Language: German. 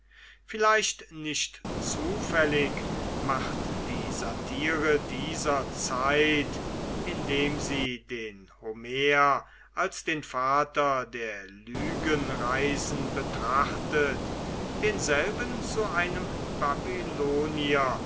vielleicht nicht zufällig macht die satire dieser zeit indem sie den homer als den vater der lügenreisen betrachtet denselben zu einem babylonier